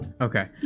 Okay